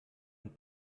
und